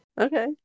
Okay